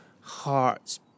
heart's